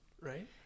right